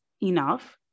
enough